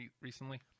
recently